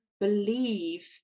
believe